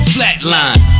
Flatline